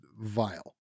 vile